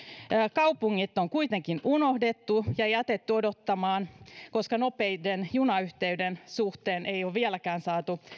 kaupungit ovat kuitenkin unohdettu ja jätetty odottamaan nopeiden junayhteyksien suhteen ei ole vieläkään saatu